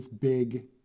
big